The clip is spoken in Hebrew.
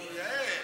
נו, יעל.